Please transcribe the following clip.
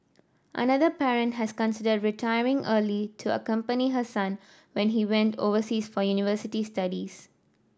another parent had considered retiring early to accompany her son when he went overseas for university studies